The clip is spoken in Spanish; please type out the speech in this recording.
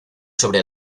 sobre